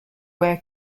wear